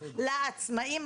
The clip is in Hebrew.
לעצמאים,